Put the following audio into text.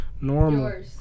normal